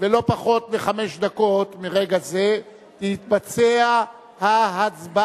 ולא פחות מחמש דקות מרגע זה, תתבצע ההצבעה.